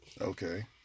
Okay